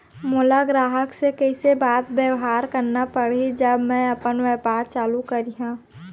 मोला ग्राहक से कइसे बात बेवहार करना पड़ही जब मैं अपन व्यापार चालू करिहा?